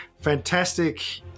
Fantastic